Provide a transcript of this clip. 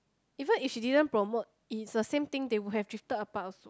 even if she didn't promote it's the same thing they would have drifted apart also